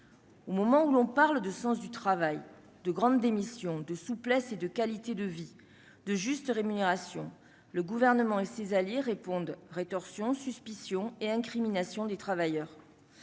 au moment où l'on parle de sens du travail de grande démission de souplesse et de qualité de vie de juste rémunération, le gouvernement et ses alliés répondent rétorsion suspicion et incrimination des travailleurs,